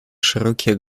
широкие